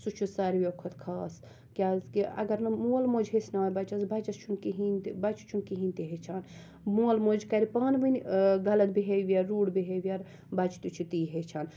سُہ چھُ ساروِیِو کھۄتہٕ خاص کیازکہِ اَگَر نہٕ مول موج ہیٚچھناون بَچَس بَچَس چھُ نہٕ کِہِیٖنۍ تہِ بَچہِ چھُ نہٕ کِہینۍ تہِ ہیٚچھان مول موج کَرِ پانہٕ ؤنۍ غَلَط بِہیویَر ریٚوٗڈ بِہیویَر بَچہِ تہِ چھُ تی ہیٚچھان